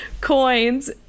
coins